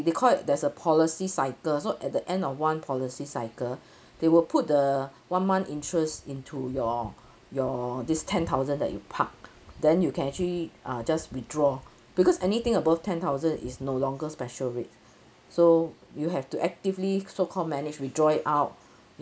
they call it there's a policy cycle so at the end of one policy cycle they will put the one month interests into your your this ten thousand that you park then you can actually uh just withdraw because anything above ten thousand is no longer special rate so you have to actively so called manage withdraw it out